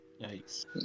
Nice